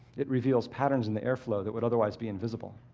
it reveals patterns in the air flow that would otherwise be invisible.